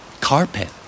Carpet